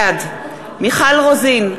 בעד מיכל רוזין,